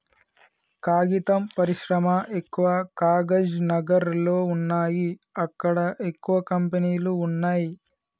కాగితం పరిశ్రమ ఎక్కవ కాగజ్ నగర్ లో వున్నాయి అక్కడ ఎక్కువ కంపెనీలు వున్నాయ్